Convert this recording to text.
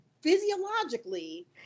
physiologically